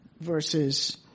versus